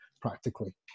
practically